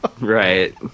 Right